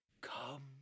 come